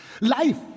Life